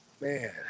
Man